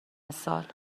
سال